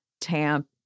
tamp